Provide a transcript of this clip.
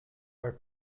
are